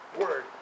Word